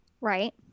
Right